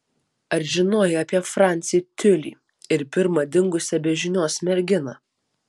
ar žinojai apie francį tiulį ir pirmą dingusią be žinios merginą